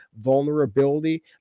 vulnerability